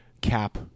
Cap-